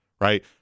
right